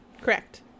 Correct